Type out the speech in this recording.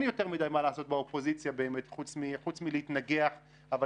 יותר מדי מה לעשות באופוזיציה באמת חוץ מלהתנגח אבל